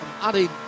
adding